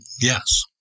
yes